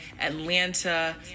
Atlanta